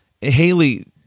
Haley